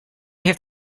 heeft